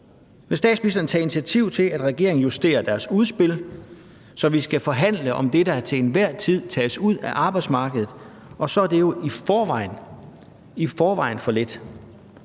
Vil statsministeren tage initiativ til, at regeringen justerer sit udspil, så vi skal forhandle om det, der til enhver tid tages ud af arbejdsmarkedet? Og så er det i forvejen – i